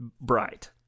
bright